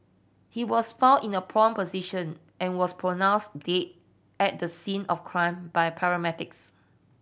he was found in a prone position and was pronounce dead at the scene of crime by paramedics